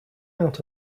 out